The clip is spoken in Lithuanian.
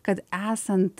kad esant